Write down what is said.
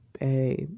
babe